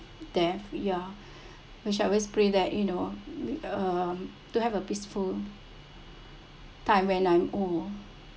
death ya we shall always pray that you know um to have a peaceful time when I'm old